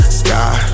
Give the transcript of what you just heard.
sky